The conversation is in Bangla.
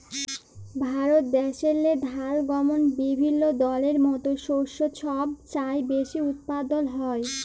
ভারত দ্যাশেল্লে ধাল, গহম বিভিল্য দলের মত শস্য ছব চাঁয়ে বেশি উৎপাদল হ্যয়